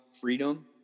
freedom